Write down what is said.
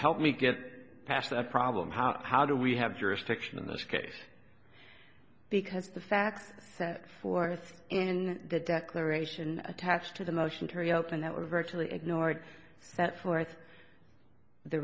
help me get past that problem how how do we have jurisdiction in this case because the facts set forth in the declaration attached to the motion to reopen that were virtually ignored set forth the